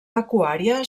pecuària